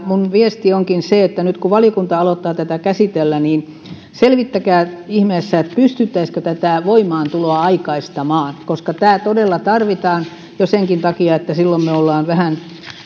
esitys minun viestini onkin se että nyt kun valiokunta alkaa tätä käsitellä niin selvittäkää ihmeessä pystyttäisiinkö tätä voimaantuloa aikaistamaan tämä todella tarvitaan jo senkin takia että silloin me olemme vähän